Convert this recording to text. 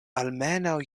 almenaŭ